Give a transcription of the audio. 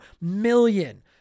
million